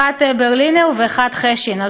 אחת ברלינר ואחד חשין.